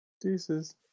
Deuces